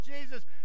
Jesus